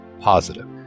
positive